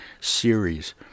series